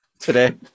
today